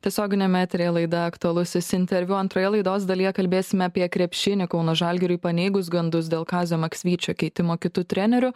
tiesioginiame eteryje laida aktualusis interviu antroje laidos dalyje kalbėsime apie krepšinį kauno žalgiriui paneigus gandus dėl kazio maksvyčio keitimo kitu treneriu